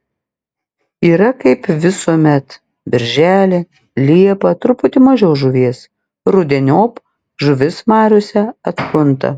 yra kaip visuomet birželį liepą truputį mažiau žuvies rudeniop žuvis mariose atkunta